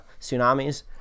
tsunamis